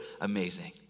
Amazing